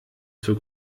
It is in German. zur